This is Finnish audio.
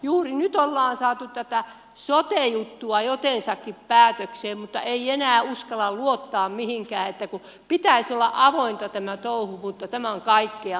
juuri on saatu tätä sote juttua jotensakin päätökseen mutta ei enää uskalla luottaa mihinkään kun pitäisi olla avointa tämän touhun mutta tämä on kaikkea muuta kuin avointa